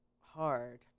hard